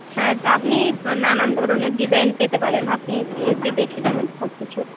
হ্যাঁ আপনি নানান ধরনের ডিজাইন পেতে পারেন আপনি এসে দেখে যাবেন সবকিছু